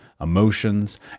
emotions